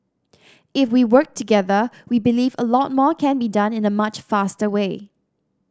if we work together we believe a lot more can be done in a much faster way